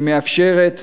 שמאפשרת